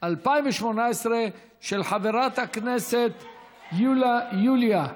החוק עברה בקריאה טרומית ותועבר לוועדת החינוך להכנתה בקריאה ראשונה.